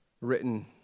written